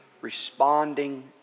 Responding